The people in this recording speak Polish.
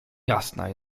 jasna